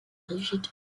rigide